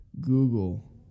Google